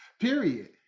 period